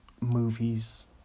movies